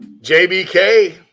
JBK